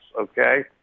okay